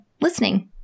listening